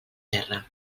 terra